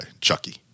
Chucky